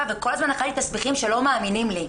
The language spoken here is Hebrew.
וכל הזמן חייתי על התסביכים שלא מאמינים לי.